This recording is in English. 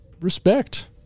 respect